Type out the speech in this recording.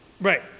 Right